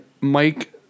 Mike